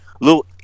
little